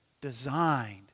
designed